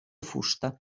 fusta